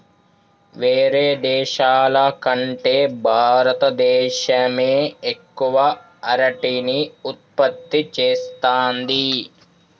వేరే దేశాల కంటే భారత దేశమే ఎక్కువ అరటిని ఉత్పత్తి చేస్తంది